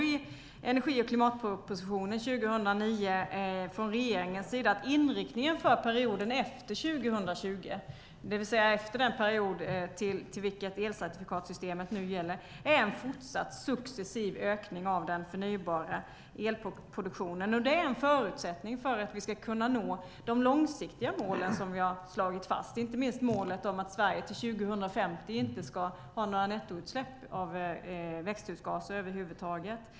I energi och klimatpropositionen 2009 angav regeringen att inriktningen för perioden efter 2020, det vill säga efter den period som elcertifikatssystemet gäller, är en fortsatt successiv ökning av den förnybara elproduktionen. Det är en förutsättning för att vi ska nå de långsiktiga mål som vi har slagit fast, inte minst målet om att Sverige 2050 inte ska ha några nettoutsläpp av växthusgaser över huvud taget.